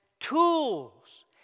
tools